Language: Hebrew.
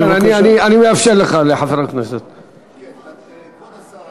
אז בבקשה.